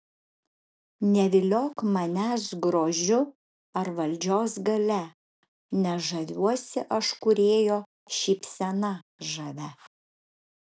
neviliok manęs grožiu ar valdžios galia nes žaviuosi aš kūrėjo šypsena žavia